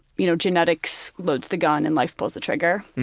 you know, genetics loads the gun and life pulls the trigger.